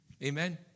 Amen